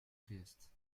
priest